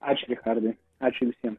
ačiū richardai ačiū visiem